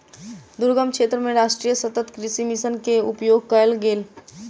दुर्गम क्षेत्र मे राष्ट्रीय सतत कृषि मिशन के उपयोग कयल गेल